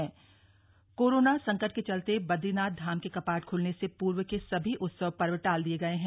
बदरीनाथ धाम कपाद कोरोना संकट के चलते बद्रीनाथ धाम के कपाट ख्लने से पूर्व के सभी उत्सव पर्व टाल दिए गए हैं